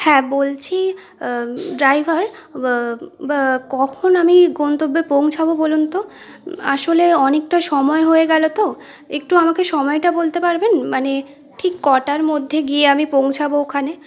হ্যাঁ বলছি ড্রাইভার কখন আমি গন্তব্যে পৌঁছাবো বলুন তো আসলে অনেকটা সময় হয়ে গেলো তো একটু আমাকে সময়টা বলতে পারবেন মানে ঠিক কটার মধ্যে গিয়ে আমি পৌঁছাবো ওখানে